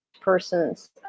person's